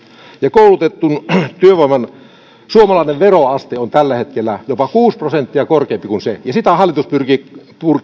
koulutetun työvoiman suomalainen veroaste on tällä hetkellä jopa kuusi prosenttia korkeampi ja sitä hallitus pyrkii